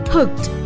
Hooked